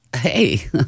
hey